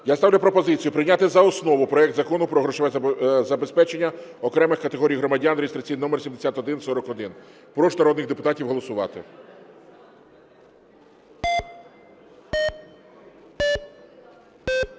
Я ставлю пропозицію прийняти за основу проект Закону про грошове забезпечення окремих категорій громадян (реєстраційний номер 7141). Прошу народних депутатів голосувати.